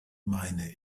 meine